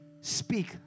speak